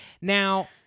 Now